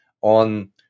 on